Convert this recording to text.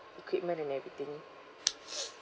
equipment and everything